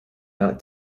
not